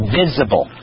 visible